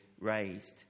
raised